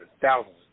thousands